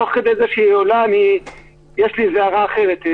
תוך כדי זה יש לי הערה אחרת: